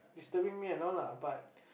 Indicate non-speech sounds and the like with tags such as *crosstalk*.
disturbing me and all lah but *noise*